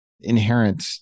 inherent